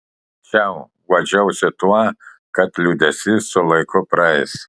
čiau guodžiausi tuo kad liūdesys su laiku praeis